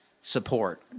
support